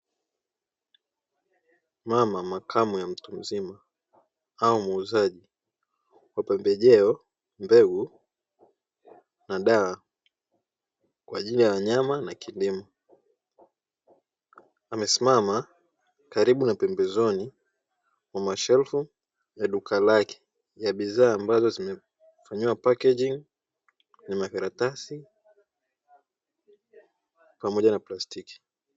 Mama makamu ya mtu mzima au muuzaji wa pembejeo mbegu na dawa kwa ajili ya wanyama na kilimo, amesimama karibu na pembezoni mwa mashelfu na duka lake ya bidhaa ambazo zimefanyiwa pakingi makaratasi pamoja na plastiki.